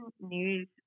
news